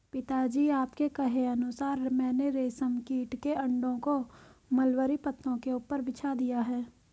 पिताजी आपके कहे अनुसार मैंने रेशम कीट के अंडों को मलबरी पत्तों के ऊपर बिछा दिया है